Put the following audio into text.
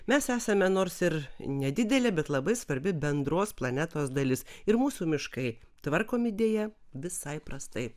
mes esame nors ir nedidelė bet labai svarbi bendros planetos dalis ir mūsų miškai tvarkomi deja visai prastai